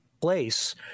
place